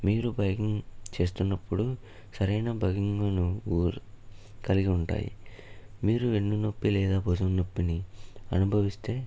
మీరు బైకింగ్ చేస్తున్నప్పుడు సరైన బైకింగ్ను ఊరు కలిగి ఉంటాయి మీరు వెన్నునొప్పి లేదా భుజం నొప్పిని అనుభవిస్తే